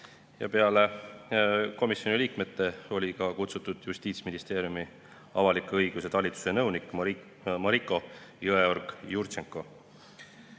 Peale komisjoni liikmete oli sinna kutsutud Justiitsministeeriumi avaliku õiguse talituse nõunik Mariko Jõeorg-Jurtšenko.